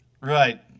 Right